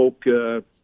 spoke